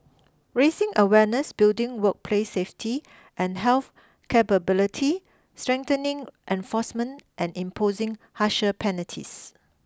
raising awareness building workplace safety and health capability strengthening enforcement and imposing harsher penalties